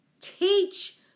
teach